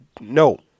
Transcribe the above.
No